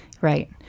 Right